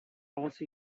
also